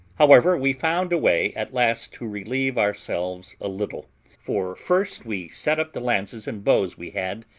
however, we found a way at last to relieve ourselves a little for first we set up the lances and bows we had,